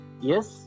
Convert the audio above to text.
yes